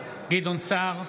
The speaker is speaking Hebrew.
סער,